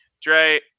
Dre